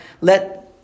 Let